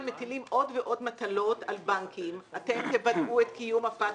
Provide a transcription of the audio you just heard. מטילים עוד ועוד מטלות על בנקים אתם תוודאו את קיום ה- FATKA,